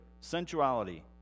sensuality